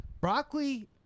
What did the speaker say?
broccoli